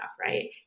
right